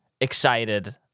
excited